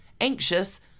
anxious